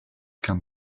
come